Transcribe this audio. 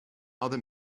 other